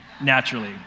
naturally